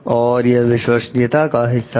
और यह विश्वसनीयता का हिस्सा है